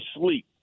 sleep